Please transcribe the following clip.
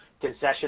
concession